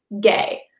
gay